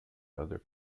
other